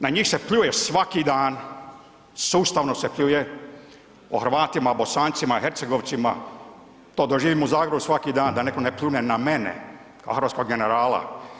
Na njih se pljuje svaki dan, sustavno se pljuje o Hrvatima, Bosancima, Hercegovcima, to doživim u Zagrebu svaki dan da neko ne pljune na mene hrvatskog generala.